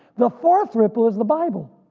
the fourth ripple is the bible.